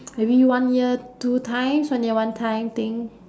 every one year two times one year one time thing